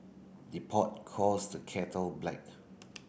the pot calls the kettle black